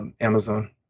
Amazon